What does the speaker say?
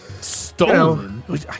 Stolen